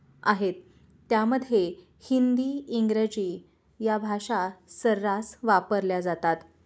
आहेत त्यामध्ये हिंदी इंग्रजी या भाषा सर्रास वापरल्या जातात